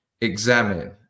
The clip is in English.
examine